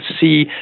see